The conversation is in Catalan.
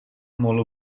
molt